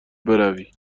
بروی